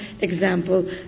example